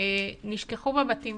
נשכחו בבתים